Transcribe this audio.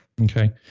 Okay